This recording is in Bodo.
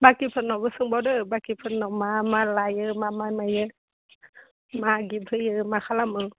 बाकिफोरनावबो सोंबावदो बाकिफोरनाव मा मा लायो मा मा मायो मा गिफ्ट होयो मा खालामो